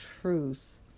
truth